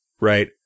Right